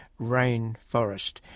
Rainforest